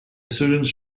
students